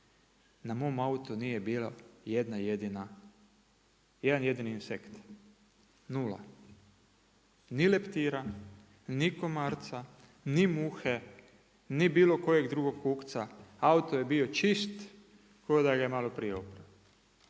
na mom autu nije bio jedan jedini insekt. Nula. Ni leptira, ni komarca, ni muhe, ni bilo kojeg drugog kukca. Auto je bio čist kao da ga je malo prije oprao.